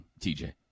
tj